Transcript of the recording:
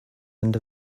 end